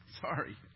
Sorry